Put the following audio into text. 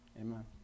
amen